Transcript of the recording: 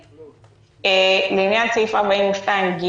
לעניין סעיף 42ג